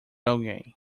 alguém